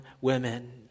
women